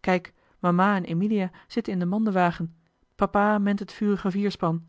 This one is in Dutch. kijk mama en emilia zitten in den mandewagen papa ment het vurige vierspan